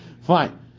fine